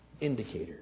indicator